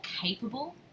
capable